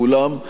ואולם,